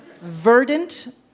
Verdant